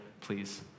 please